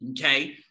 okay